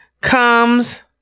comes